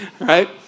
right